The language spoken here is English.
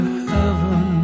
heaven